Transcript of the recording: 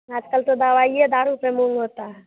आजकल तो दवाइए दारू से मूँग होता है